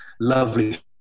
lovely